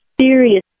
serious